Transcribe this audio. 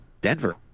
Denver